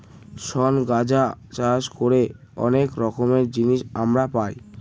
শন গাঁজা চাষ করে অনেক রকমের জিনিস আমরা পাই